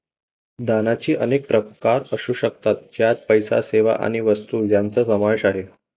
दानाचे अनेक प्रकार असू शकतात, ज्यात पैसा, सेवा किंवा वस्तू यांचा समावेश आहे